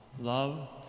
love